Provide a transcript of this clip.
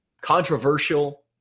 controversial